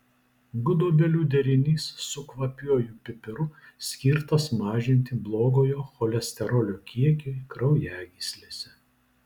gudobelių derinys su kvapiuoju pipiru skirtas mažinti blogojo cholesterolio kiekiui kraujagyslėse